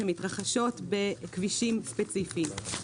שמתרחשות בכבישים ספציפיים.